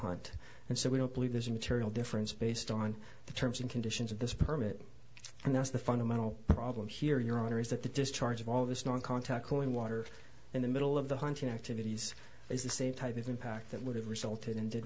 hunt and so we don't believe there's a material difference based on the terms and conditions of this permit and that's the fundamental problem here your honor is that the discharge of all this non contact cooling water in the middle of the hunting activities is the same type of impact that would have resulted